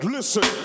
Listen